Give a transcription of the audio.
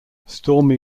stormy